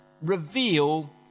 reveal